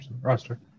roster